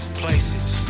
places